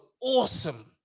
awesome